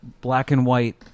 black-and-white